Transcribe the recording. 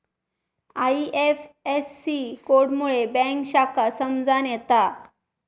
IFSC code मुळे bank शाखा समजान येता